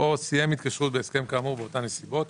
או סיים התקשרות בהסכם כאמור באותן נסיבות.